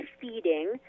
feeding